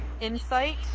Insight